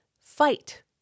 fight